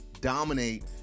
dominate